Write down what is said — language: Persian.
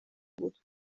بود